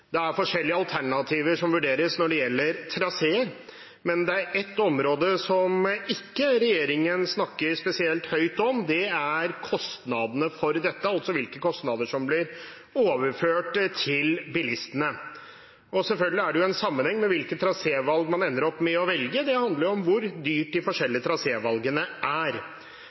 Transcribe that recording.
Det er forskjellige alternativer som vurderes når det gjelder traseer, men det er ett område som regjeringen ikke snakker spesielt høyt om, og det er kostnadene for dette, altså hvilke kostnader som blir overført til bilistene. Selvfølgelig har det en sammenheng med hvilke trasé man ender opp med å velge, det handler jo om hvor dyre de forskjellige trasévalgene er.